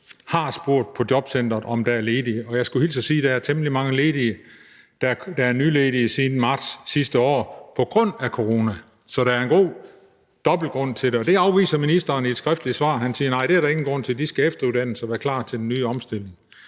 har spurgt på jobcenteret, om der er ledige. Jeg skulle hilse og sige, at der er temmelig mange ledige, der er nyledige siden marts sidste år på grund af corona. Så der er en dobbelt grund til det. Det afviser ministeren i et skriftligt svar. Han siger, at det er der ingen grund til; de skal efteruddannes og være klar til den nye omstilling.